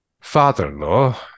father-in-law